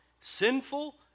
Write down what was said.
sinful